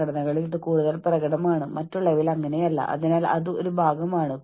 അതായത് ഒരു തെരുവ് നായ റോഡിൽ എന്താണ് ചെയ്യുന്നത് എന്നതിനെക്കുറിച്ച് നിങ്ങൾക്ക് സമ്മർദ്ദത്തിലാവാൻ സാധിക്കില്ല